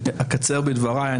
אקצר בדבריי.